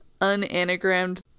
unanagrammed